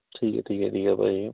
ਠੀਕ ਆ ਠੀਕ ਆ ਠੀਕ ਆ ਭਾਅ ਜੀ